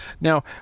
Now